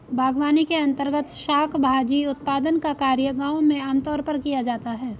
बागवानी के अंर्तगत शाक भाजी उत्पादन का कार्य गांव में आमतौर पर किया जाता है